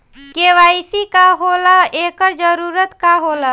KYC का होला एकर जरूरत का होला?